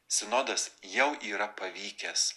sinodas jau yra pavykęs